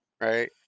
right